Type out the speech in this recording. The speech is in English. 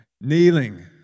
Kneeling